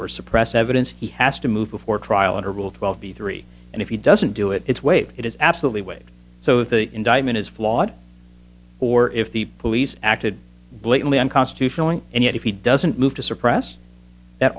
or suppress evidence he has to move before trial or will twelve be three and if he doesn't do it it's waived it is absolutely weight so the indictment is flawed or if the police acted blatantly unconstitutional and yet if he doesn't move to suppress that